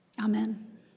Amen